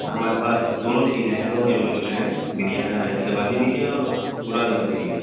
ہمارے پاس دونوں چیزیں ہیں دونوں اویلیبل ہیں بری حیدرآبادی بھی ہے اور مراد آبادی بھی ہے